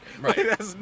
Right